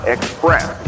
Express